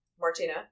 Martina